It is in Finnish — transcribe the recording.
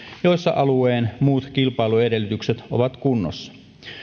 joilla alueen muut kilpailuedellytykset ovat kunnossa